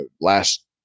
last